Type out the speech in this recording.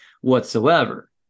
whatsoever